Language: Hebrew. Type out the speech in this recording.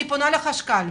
אני פונה לחשכ"ל,